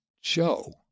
show